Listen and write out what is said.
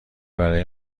برای